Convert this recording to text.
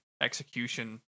execution